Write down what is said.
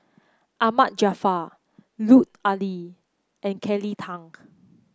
Ahmad Jaafar Lut Ali and Kelly Tang